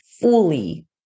fully